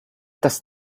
does